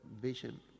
vision